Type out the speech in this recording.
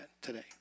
today